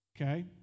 okay